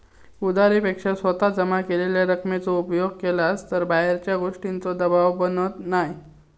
उधारी पेक्षा स्वतः जमा केलेल्या रकमेचो उपयोग केलास तर बाहेरच्या गोष्टींचों दबाव बनत नाय